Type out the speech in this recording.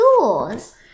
tools